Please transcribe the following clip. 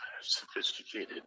sophisticated